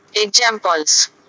Examples